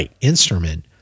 instrument